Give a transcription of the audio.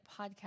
podcast